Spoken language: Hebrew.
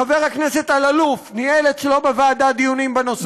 חבר הכנסת אלאלוף ניהל אצלו בוועדה דיונים בנושא.